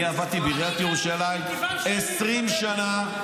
אני עבדתי בעיריית ירושלים 20 שנה.